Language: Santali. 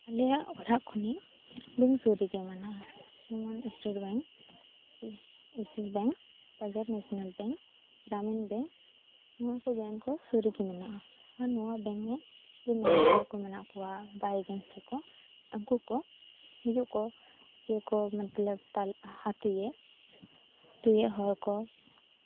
ᱟᱞᱮᱭᱟ ᱚᱲᱟᱜ ᱠᱷᱚᱱᱤᱜ ᱮᱵᱚᱝ ᱥᱩᱨ ᱨᱮᱜᱮ ᱢᱮᱱᱟᱜᱼᱟ ᱡᱮᱢᱚᱱ state bank axis bank Punjab national bank Gramin bank ᱱᱚᱣᱟ ᱠᱚ ᱵᱮᱝᱠ ᱠᱚ ᱥᱩᱨ ᱨᱮᱜᱮ ᱢᱮᱱᱟᱜᱼᱟ ᱟᱨ ᱱᱚᱣᱟ ᱵᱮᱝᱠ ᱨᱮ ᱢᱮᱱᱮᱡᱟᱨ ᱠᱚ ᱢᱮᱱᱟᱜ ᱠᱚᱣᱟ ᱵᱟ ᱮᱡᱮᱱᱥᱤ ᱠᱚ ᱩᱱᱠᱩ ᱠᱚ ᱦᱤᱡᱩᱜ ᱠᱚ ᱡᱮᱠᱚ ᱢᱚᱛᱞᱚᱵ ᱛᱟᱞ ᱟᱛᱳ ᱨᱮᱱ ᱦᱚᱲ ᱠᱚ